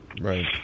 right